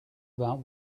about